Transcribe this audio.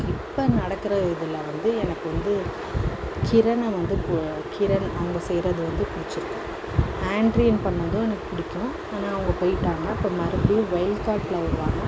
இப்போ நடக்கிற இதில் வந்து எனக்கு வந்து கிரனை வந்து பு கிரன் அவங்க செய்யறது வந்து பிடிச்சிருக்கு ஆண்ட்ரியன் பண்ணதும் எனக்கு பிடிக்கும் ஆனால் அவங்க போயிட்டாங்க இப்போ மறுபடியும் வைல்ட் கார்ட்டில் வருவாங்க